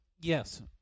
Yes